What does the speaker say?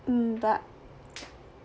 um but